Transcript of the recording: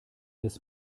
des